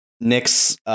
Nick's